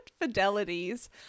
fidelities